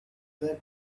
that